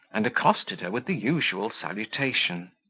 and accosted her with the usual salutation.